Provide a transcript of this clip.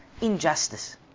injustice